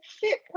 fit